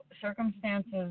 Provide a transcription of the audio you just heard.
circumstances